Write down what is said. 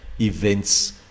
events